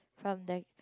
from there